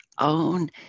own